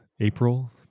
april